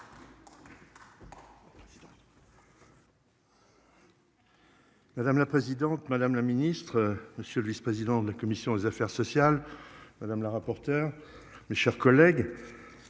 Madame la présidente, madame la ministre, monsieur le vice-président de la commission des affaires sociales. Madame la rapporteure. Mes chers collègues.